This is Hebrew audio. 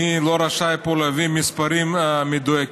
אני לא רשאי פה להביא מספרים מדויקים,